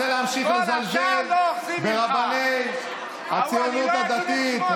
אתה רוצה להמשיך לזלזל ברבני הציונות הדתית?